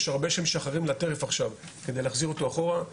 יש הרבה שמשחרים לטרף עכשיו כדי להחזיר אותו אחורה.